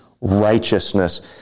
righteousness